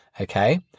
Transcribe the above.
okay